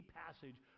passage